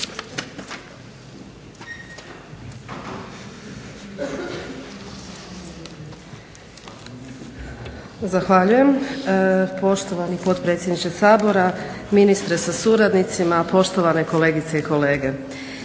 Zahvaljujem. Poštovani potpredsjedniče Sabora, ministre sa suradnicima, poštovane kolegice i kolege.